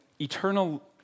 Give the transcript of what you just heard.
eternal